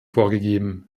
vorgegeben